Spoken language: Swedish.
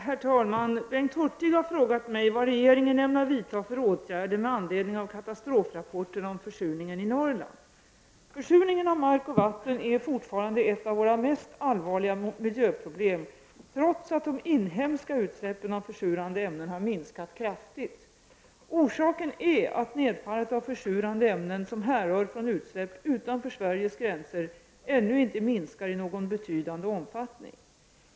Herr talman! Bengt Hurtig har frågat mig vad regeringen ämnar vidta för åtgärder med anledning av katastrofrapporterna om försurningen i Norrland. Försurningen av mark och vatten är fortfarande ett av våra mest allvarliga miljöproblem trots att de inhemska utsläppen av försurande ämnen har minskat kraftigt. Orsaken är att nedfallet av försurande ämnen som härrör från utsläpp utanför Sveriges gränser ännu inte minskar i någon betydande omfattning.